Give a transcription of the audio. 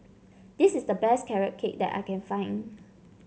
this is the best Carrot Cake that I can find